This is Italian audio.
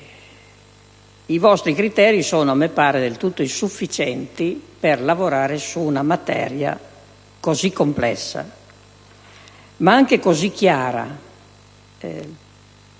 i vostri criteri, a mio parere, sono del tutto insufficienti per lavorare su una materia così complessa, ma anche così chiara.